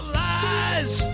lies